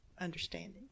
understanding